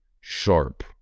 sharp